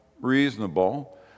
reasonable